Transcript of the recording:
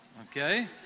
okay